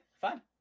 Fine